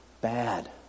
bad